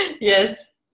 Yes